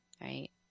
Right